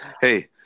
Hey